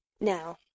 Now